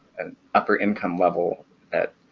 an upper income level that,